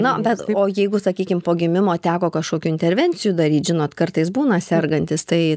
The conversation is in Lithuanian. na bet o jeigu sakykim po gimimo teko kažkokių intervencijų daryt žinot kartais būna sergantis tai